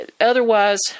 otherwise